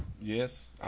Yes